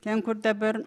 ten kur dabar